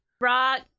Rock